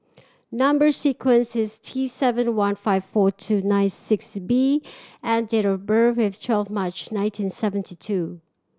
number sequence is T seven one five four two nine six B and date of birth is twelve March nineteen seventy two